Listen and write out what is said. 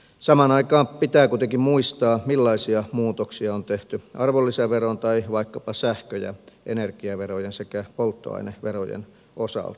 samaan aikaan pitää kuitenkin muistaa millaisia muutoksia on tehty arvonlisäveron tai vaikkapa sähkö ja energiaverojen sekä polttoaineverojen osalta